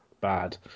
bad